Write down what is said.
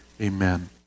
Amen